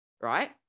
right